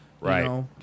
Right